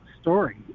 story